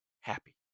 happy